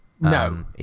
No